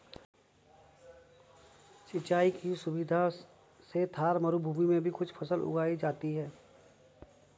सिंचाई की सुविधा से थार मरूभूमि में भी कुछ फसल उगाई जाती हैं